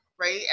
Right